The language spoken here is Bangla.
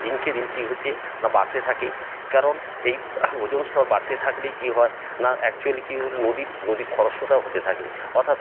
দিনকে দিন কী হচ্ছে না বাড়তে থাকে কারণ এই ওজন স্তর বাড়তে থাকলেই কী হয় না অ্যাকচ্যুয়ালি কী নদীর নদী খরস্রোতা হতে থাকে অর্থাৎ